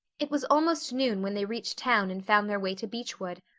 it was almost noon when they reached town and found their way to beechwood.